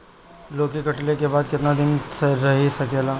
लौकी कटले के बाद केतना दिन रही सकेला?